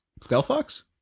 Delphox